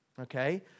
Okay